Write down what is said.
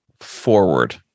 forward